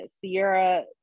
Sierra